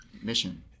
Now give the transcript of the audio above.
mission